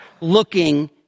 looking